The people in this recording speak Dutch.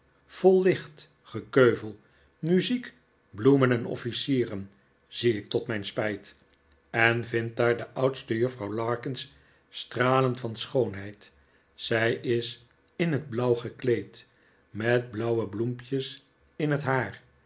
vol licht gekeuvel muziek bloemen en officieren zie ik tot mijn spijt en vind daar de oudste juffrouw larkins stralend van schoonheid zij is in het blauw gekleed met blairwe bloempjes in het haar